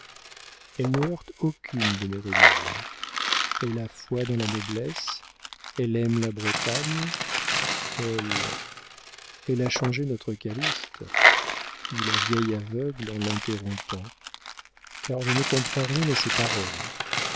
elle ne heurte aucune de mes religions elle a foi dans la noblesse elle aime la bretagne elle elle a changé notre calyste dit la vieille aveugle en l'interrompant car je ne comprends rien à ces paroles